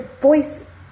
voice